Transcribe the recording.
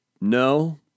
No